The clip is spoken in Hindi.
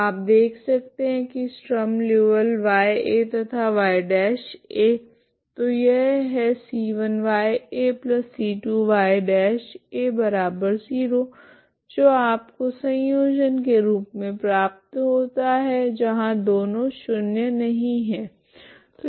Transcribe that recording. तो आप देख सकते है की स्ट्रीम लीऔविल्ले y तथा y' तो यह है c1 y c2 y0 जो आपको संयोजन के रूप मे प्राप्त होता है जहां दोनों शून्य नहीं है